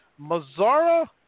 Mazzara